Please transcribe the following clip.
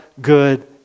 good